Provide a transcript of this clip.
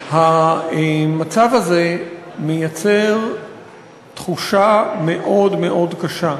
והמצב הזה מייצר תחושה מאוד מאוד קשה.